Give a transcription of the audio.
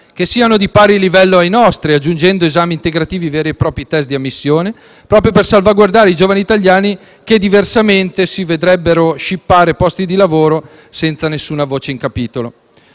che siano di pari livello ai nostri, aggiungendo esami integrativi - veri e propri e *test* di ammissione - proprio per salvaguardare i giovani italiani che, diversamente, si vedrebbero scippare posti di lavoro senza avere nessuna voce in capitolo.